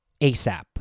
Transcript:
ASAP